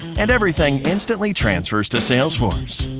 and everything instantly transfers to salesforce.